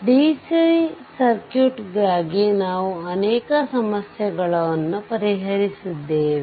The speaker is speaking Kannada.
ಡಿಸಿ ಸರ್ಕ್ಯೂಟ್ಗಾಗಿ ನಾವು ಅನೇಕ ಸಮಸ್ಯೆಗಳನ್ನು ಪರಿಹರಿಸಿದ್ದೇವೆ